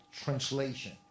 translation